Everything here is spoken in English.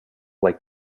like